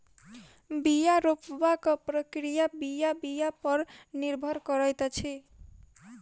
बीया रोपबाक प्रक्रिया बीया बीया पर निर्भर करैत अछि